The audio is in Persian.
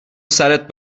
سرت